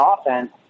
offense